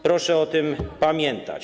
Proszę o tym pamiętać.